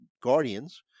Guardians